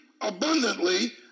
abundantly